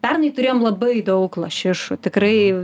pernai turėjom labai daug lašišų tikrai